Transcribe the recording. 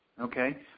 Okay